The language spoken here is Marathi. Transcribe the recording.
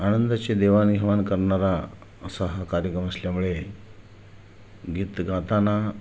आनंदाची देवाणघेवाण करणारा असा हा कार्यक्रम असल्यामुळे गीत गाताना